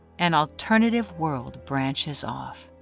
an alternative world branches off.